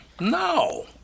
No